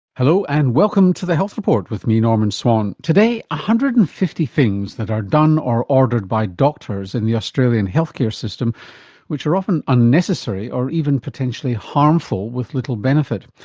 hello and welcome to the health report with me, norman swan. one hundred and fifty things that are done or ordered by doctors in the australian healthcare system which are often unnecessary or even potentially harmful with little benefit.